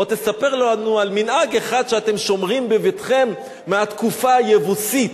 או תספר לנו על מנהג אחד שאתם שומרים בביתכם מהתקופה היבוסית.